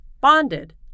Bonded